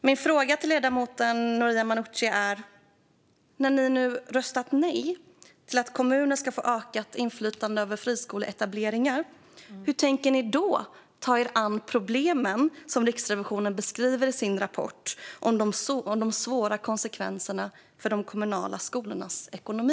Min fråga till dig, Noria Manouchi, är: Hur tänker ni ta er an de problem som Riksrevisionen beskriver i sin rapport om de svåra konsekvenserna för de kommunala skolornas ekonomi när ni nu har röstat nej till att kommuner ska få ökat inflytande över friskoleetableringar?